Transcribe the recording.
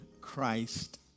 Christ